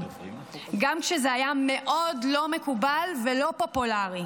גם כשזה היה מאוד לא מקובל ולא פופולרי.